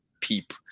peep